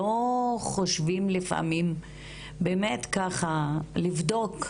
לא חושבים לפעמים באמת לבדוק?